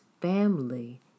family